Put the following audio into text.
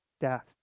deaths